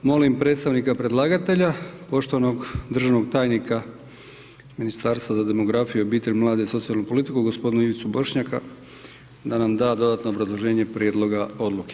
Molim predstavnika predlagatelja, poštovanog državnog tajnika Ministarstva za demografiju, obitelj, mlade i socijalnu politiku g. Ivicu Bošnjaka da nam da dodatno obrazloženje prijedloga odluke.